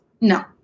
no